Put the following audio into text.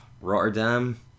Rotterdam